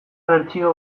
bertsio